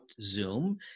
Zoom